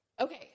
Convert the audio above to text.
Okay